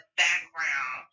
background